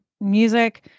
Music